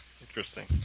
Interesting